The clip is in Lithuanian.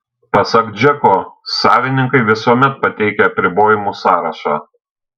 pasak džeko savininkai visuomet pateikia apribojimų sąrašą